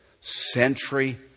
Century